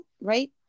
right